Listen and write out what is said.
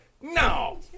No